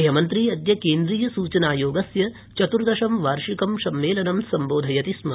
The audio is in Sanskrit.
गृहमंत्री अद्य केन्द्रीयसूचना योगस्य चतुर्दशं वार्षिकसम्मेलनं सम्बोधयति स्म